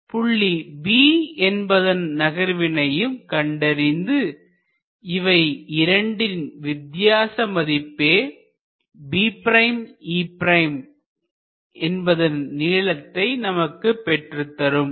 அதற்காக புள்ளி A என்பதன் செங்குத்து உயர நகர்வினையும் புள்ளி B என்பதன் நகர்வினையும் கண்டறிந்து இவை இரண்டின் வித்தியாச மதிப்பே B'E' என்பதன் நீளத்தை நமக்கு பெற்றுத்தரும்